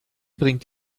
bringt